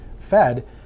fed